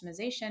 customization